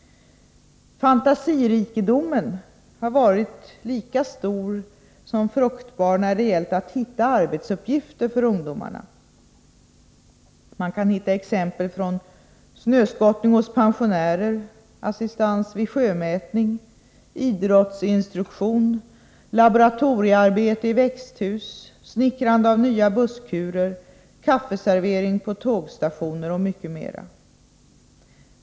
Fantasirikedomen har varit lika stor som fruktbzr när det gällt att finna arbetsuppgifter för ungdomarna. Man kan hitta exempel från snöskottning hos pensionärer, assistans vid sjömätning, idrottsinstruktion, laboratoriearbete i växthus, snickrande av nya busskurer till kaffeservering på tågstationer och mycket mera.